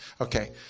Okay